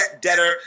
debtor